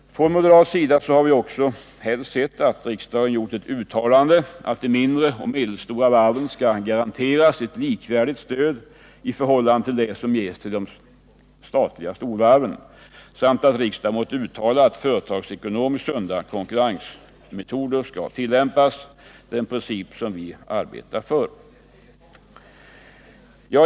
Från moderat sida hade vi också helst sett att riksdagen gjort ett uttalande om att de mindre och medelstora varven skall garanteras ett likvärdigt stöd i förhållande till det som ges till de statliga storvarven samt att riksdagen måtte uttala att företagsekonomiskt sunda konkurrensmetoder skall tillämpas den princip vi arbetar för.